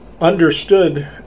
understood